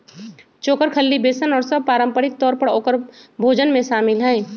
चोकर, खल्ली, बेसन और सब पारम्परिक तौर पर औकर भोजन में शामिल हई